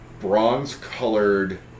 bronze-colored